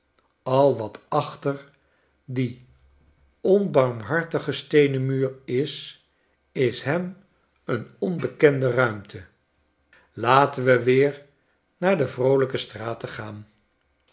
al wat achter dien onbarmhartigen steenen muur is is hem een onbekende ruimte laten we weer naar de vroolijke straten gaan